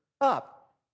up